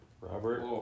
Robert